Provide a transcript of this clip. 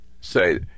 say